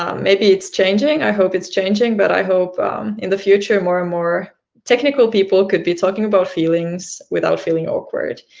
um maybe it's changes i hope it's changing but i hope in the future more and more technical people could be talking about feelings without feeling awkward.